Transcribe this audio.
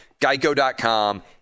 Geico.com